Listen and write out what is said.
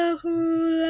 ah hu